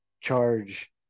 charge